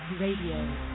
Radio